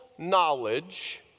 knowledge